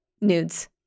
nudes